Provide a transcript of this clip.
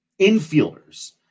infielders